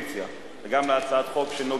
בגלל זה אני מרגיש נפגע.